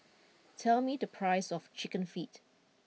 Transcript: tell me the price of Chicken Feet